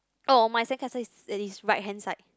oh my sandcastle is at his right hand side